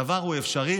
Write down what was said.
הדבר אפשרי,